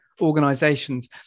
organizations